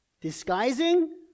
Disguising